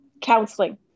counseling